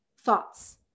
thoughts